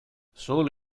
solo